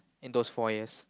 in those four years